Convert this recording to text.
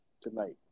tonight